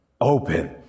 open